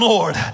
Lord